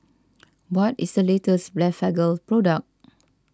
what is the latest Blephagel product